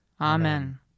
Amen